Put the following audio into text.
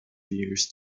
years